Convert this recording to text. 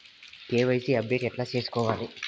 KYC update ఎట్లా సేసుకోవాలి?